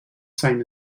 same